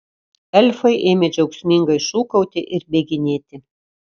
elfai ėmė džiaugsmingai šūkauti ir bėginėti